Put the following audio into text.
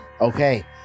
Okay